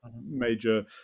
major